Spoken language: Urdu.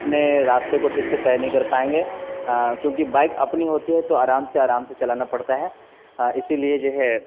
اپنے راستے کو ٹھیک سے طے نہیں کر پائیں گے کیونکہ بائک اپنی ہوتی ہے تو آرام سے آرام سے چلانا پڑتا ہے اسی لیے جو ہے